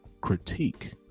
critique